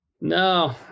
No